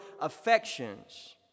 affections